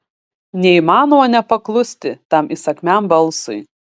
neįmanoma nepaklusti tam įsakmiam balsui